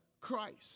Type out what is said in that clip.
Christ